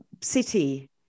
city